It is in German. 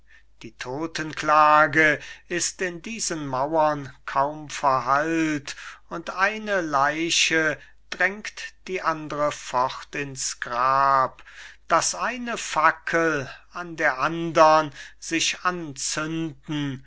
die todtenklage ist in diesen mauern kaum verhallt und eine leiche drängt die andre fort ins grab daß eine fackel ander andern sich anzünden